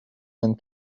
and